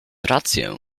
rację